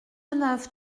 neuf